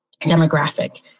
demographic